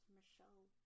Michelle